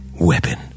weapon